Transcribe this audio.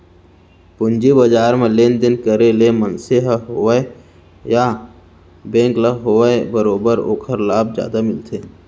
पूंजी बजार म लेन देन करे ले मनसे ल होवय या बेंक ल होवय बरोबर ओखर लाभ जादा मिलथे